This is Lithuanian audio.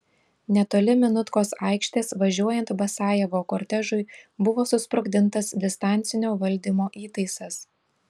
netoli minutkos aikštės važiuojant basajevo kortežui buvo susprogdintas distancinio valdymo įtaisas